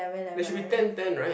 there should be ten ten right